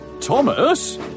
Thomas